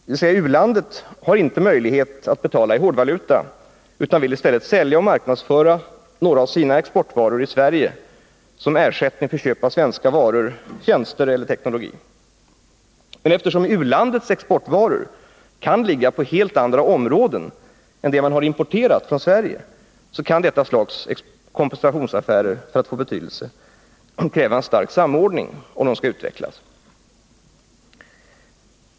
Det innebär att u-landet inte har möjlighet att betala i hårdvaluta utan i stället vill sälja och marknadsföra några av sina exportvaror i Sverige som ersättning för köp av svenska varor och tjänster eller svensk teknologi. Eftersom u-landets exportvaror kan ligga på helt andra områden än det man har importerat från Sverige kan detta slags kompensationsaffärer för att få betydelse kräva en stark samordning, om de skall utvecklas.